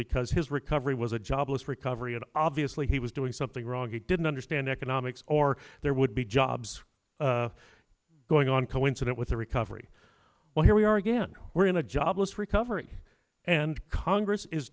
because his recovery was a jobless recovery and obviously he was doing something wrong he didn't understand economics or there would be jobs going on coincident with the recovery well here we are again we're in a jobless recovery and congress is